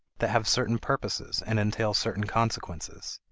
that have certain purposes and entail certain consequences.